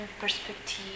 perspective